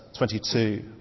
22